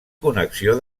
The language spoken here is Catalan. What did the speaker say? connexió